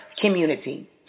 community